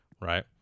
Right